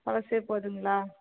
பழசே போதுங்களா